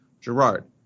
Gerard